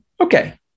okay